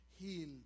heal